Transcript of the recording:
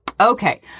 okay